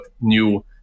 new